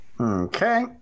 Okay